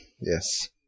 Yes